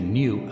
new